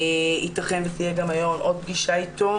ייתכן ותתקיים גם היום עוד פגישה אתו.